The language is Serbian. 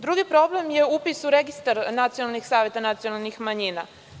Drugi problem je upis u registar nacionalnih saveta nacionalnih manjina.